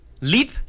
leap